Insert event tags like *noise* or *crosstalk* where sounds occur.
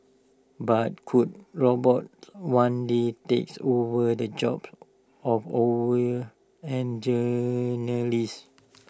but could robots one day takes over the jobs of *unintelligible* and journalists